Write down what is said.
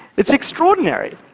it's extraordinary.